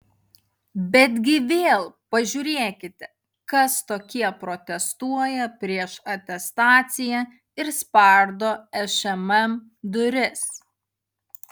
betgi vėl pažiūrėkite kas tokie protestuoja prieš atestaciją ir spardo šmm duris